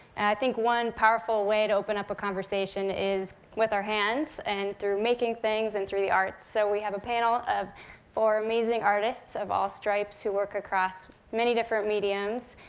think one powerful way to open up a conversation is with our hands, and through making things, and through the arts. so we have a panel of four amazing artists of all stripes, who work across many different mediums,